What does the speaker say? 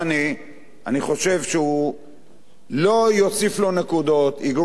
אני חושב שהוא לא יוסיף לו נקודות, יגרום לנזקים,